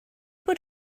bod